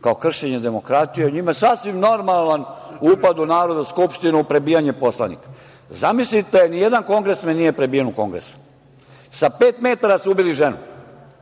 kao kršenje demokratije, njima je sasvim normalan upad u Narodnu skupštinu, prebijanje poslanika. Zamislite, ni jedan kongresmen nije prebijen u Kongresu. Sa pet metara su ubili ženu,